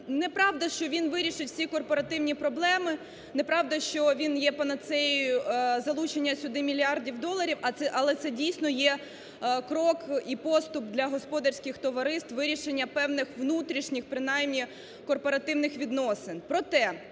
Неправда, що він вирішить всі корпоративні проблема, неправда, що він є панацеєю залучення сюди мільярдів доларів. Але це, дійсно, є крок і поступ для господарських товариств вирішення певних внутрішніх принаймні корпоративних відносин.